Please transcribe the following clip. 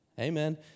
Amen